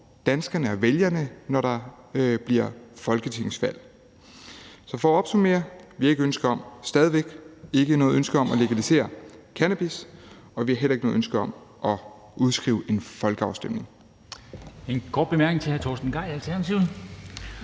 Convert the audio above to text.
danskerne og vælgerne, når der bliver folketingsvalg. Så for at opsummere har vi stadig væk ikke noget ønske om at legalisere cannabis, og vi har heller ikke noget ønske om at udskrive en folkeafstemning. Kl. 17:37 Formanden (Henrik